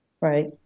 right